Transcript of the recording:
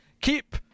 Keep